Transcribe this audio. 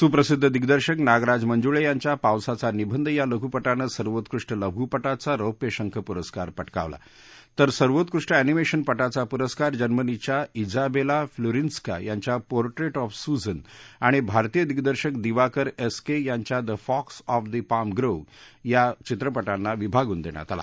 सुप्रसिद्ध दिग्दर्शक नागराज मंजुळे यांच्या पावसाचा निबंध या लघुपटानं सर्वोत्कृष्ट लघुपटाचा रौप्य शंख पुरस्कार पटकावला तर सर्वोत्कृष्ट अॅनिमेशनपटाचा पुरस्कार जर्मनीच्या इजाबेला प्लुसिन्स्का यांच्या पोर्टेट ऑफ सूझन आणि भारतीय दिग्दर्शक दिवाकर एस के यांच्या the fox of the palm grove या या चित्रपटांना विभागून देण्यात आला